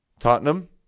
Tottenham